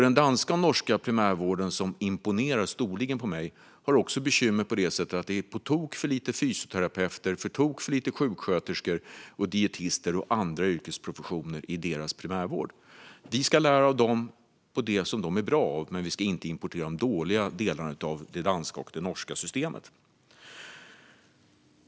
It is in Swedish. Den danska och norska primärvården, som imponerar storligen på mig, har också bekymmer på det sättet att det är på tok för få fysioterapeuter, sjuksköterskor, dietister och andra yrkesprofessioner där. Vi ska lära av dem när det gäller det som de är bra på, men vi ska inte importera de dåliga delarna av det danska och det norska systemet.